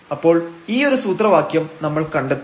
അപ്പോൾ ഈയൊരു സൂത്രവാക്യം നമ്മൾ കണ്ടെത്തും